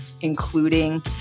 including